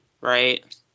right